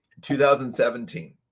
2017